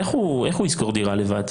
איך הוא ישכור דירה לבד?